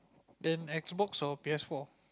and X-box or P_S-four